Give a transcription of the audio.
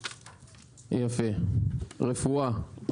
רפואה.